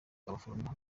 abaforomo